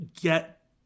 get